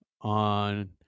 on